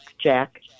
Jack